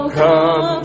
come